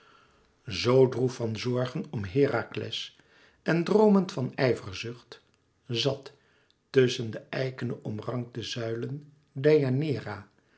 zoo droef van zorge om herakles en droomend van ijverzucht zat tusschen de eikene omrankte zuilen